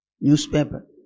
newspaper